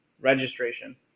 registration